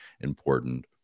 important